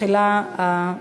ההקראה מתחילה.